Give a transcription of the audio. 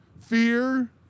fear